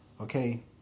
Okay